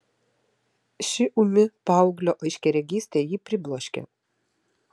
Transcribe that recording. ši ūmi paauglio aiškiaregystė jį pribloškė